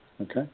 Okay